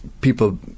people